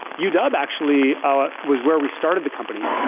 yeah udub actually ah was where we started the company.